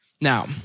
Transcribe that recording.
Now